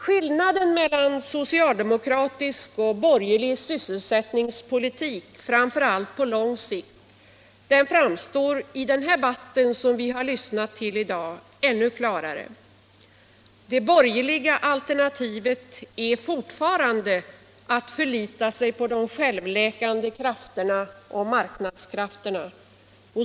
Skillnaden mellan socialdemokratisk och borgerlig sysselsättningspolitik, framför allt på lång sikt, framstår ännu klarare i den debatt vi har lyssnat till i dag. Det borgerliga alternativet är fortfarande att förlita sig på de självläkande krafterna och marknadskrafterna.